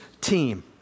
team